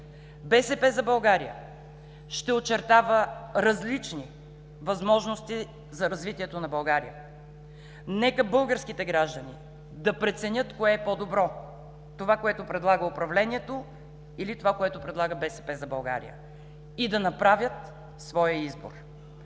„БСП за България“ ще очертава различни възможности за развитието на България. Нека българските граждани да преценят кое е по-добро – това, което предлага управлението, или това, което предлага „БСП за България“, и да направят своя избор.